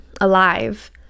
alive